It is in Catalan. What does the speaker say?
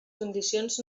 condicions